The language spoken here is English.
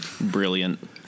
Brilliant